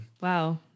Wow